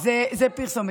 רוצה רגע